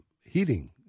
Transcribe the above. heating